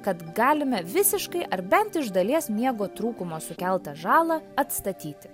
kad galime visiškai ar bent iš dalies miego trūkumo sukeltą žalą atstatyti